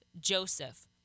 Joseph